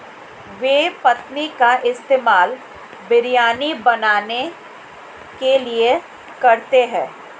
बे पत्तियों का इस्तेमाल बिरयानी बनाने के लिए करते हैं